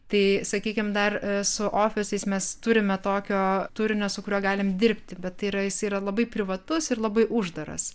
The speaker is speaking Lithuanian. tai sakykim dar su ofisais mes turime tokio turinio su kuriuo galim dirbti bet tai yra jis yra labai privatus ir labai uždaras